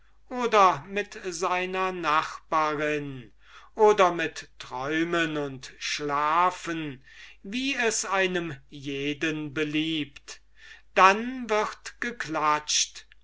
oder mit seiner nachbarin oder mit träumen und schlafen wie es einem jeden beliebt dann wird geklatscht